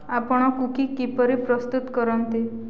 ଆପଣ କୁକି କିପରି ପ୍ରସ୍ତୁତ କରନ୍ତି